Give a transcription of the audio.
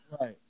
Right